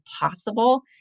possible